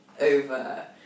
over